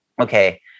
Okay